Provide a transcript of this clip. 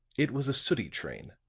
it was a sooty train,